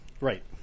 Right